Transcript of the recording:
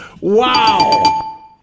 Wow